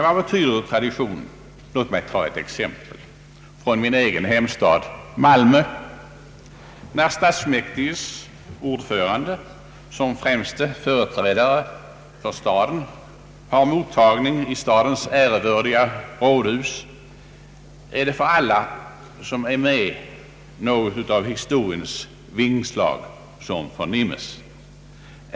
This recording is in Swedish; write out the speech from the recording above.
Vad betyder traditioner? Låt mig ta ett exempel från min egen hemstad Malmö. När stadsfullmäktiges ordförande som främste företrädare för staden har mottagning i stadens ärevördiga rådhus är det för alla som är med nå gonting av historiens vingslag som förnimmes.